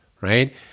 right